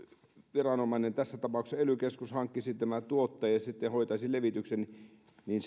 viranomainen tässä tapauksessa ely keskus hankkisi tämän tuotteen ja hoitaisi levityksen niin